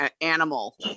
animal